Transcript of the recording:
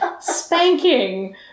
Spanking